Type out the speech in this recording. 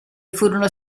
furono